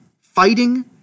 fighting